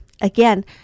again